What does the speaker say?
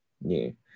new